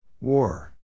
War